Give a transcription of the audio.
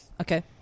Okay